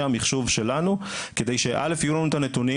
המחשוב שלנו כדי שקודם כל יהיו לנו את הנתונים.